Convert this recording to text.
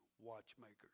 watchmakers